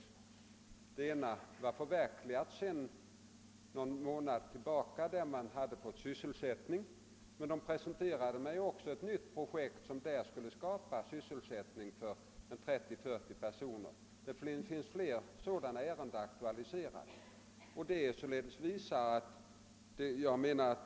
Det ena projektet var förverkligat sedan någon månad tillbaka, och folk hade fått viss sysselsättning, men man presenterade också ett nytt projekt för mig som skulle kunna skaffa sysselsättning för 30—40 personer. Och det finns fler sådana ärenden aktualiserade.